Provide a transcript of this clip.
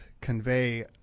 convey